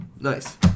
Nice